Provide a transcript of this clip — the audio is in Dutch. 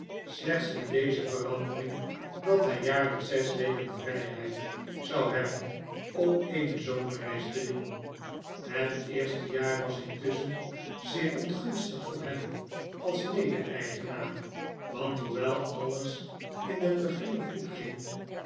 slechts met deze verandering dat hij jaarlijks zes weken vrijheid zou hebben om eene zomerreis te doen het eerste jaar was intusschen zeer ongunstig voor hem als mede eigenaar want hoewel alles in den beginne goed ging